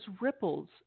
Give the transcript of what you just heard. ripples